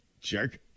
Jerk